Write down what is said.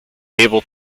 able